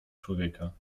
człowieka